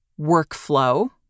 workflow